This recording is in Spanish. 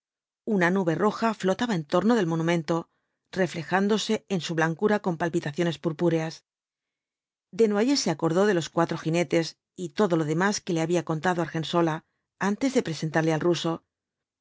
una nube roja flotaba en torno del monumento reflejándose en su blancura con palpitaciones purpúreas desnoyers se acordó de los cuatro jinetes y todo lo demás que le había contado argensola antes de presentarle al ruso